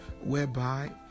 whereby